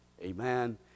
Amen